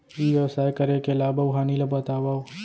ई व्यवसाय करे के लाभ अऊ हानि ला बतावव?